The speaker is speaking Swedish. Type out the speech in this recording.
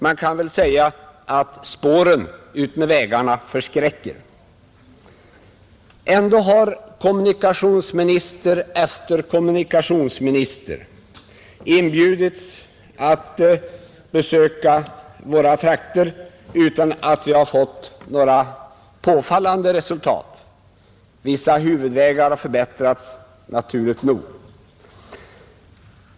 Man kan väl säga att spåren utmed vägarna förskräcker, Ändå har kommunikationsminister efter kommunikationsminister inbjudits att besöka våra trakter utan att vi har fått några påfallande resultat. Vissa huvudvägar har dock förbättrats, naturligt nog.